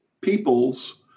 peoples